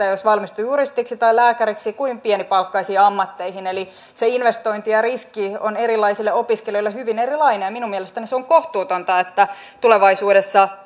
jos valmistuu juristiksi tai lääkäriksi kuin pienipalkkaisiin ammatteihin eli se investointi ja riski on erilaisille opiskelijoille hyvin erilainen minun mielestäni se on kohtuutonta että tulevaisuudessa